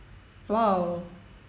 !wow!